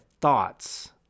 thoughts